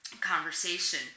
conversation